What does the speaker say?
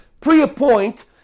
pre-appoint